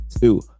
Two